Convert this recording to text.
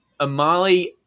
Amali